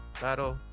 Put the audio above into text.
battle